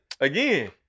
again